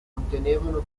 contenevano